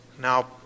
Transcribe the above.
Now